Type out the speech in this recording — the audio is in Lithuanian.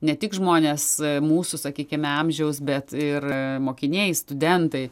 ne tik žmonės mūsų sakykime amžiaus bet ir mokiniai studentai